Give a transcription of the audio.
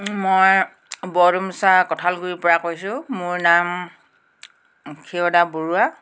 মই বৰদুমচা কঁঠালগুৰিৰপৰা কৈছোঁ মোৰ নাম ক্ষীৰদা বৰুৱা